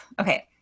Okay